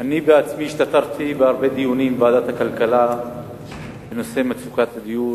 אני בעצמי השתתפתי בהרבה דיונים בוועדת הכלכלה בנושא מצוקת הדיור,